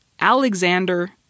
alexander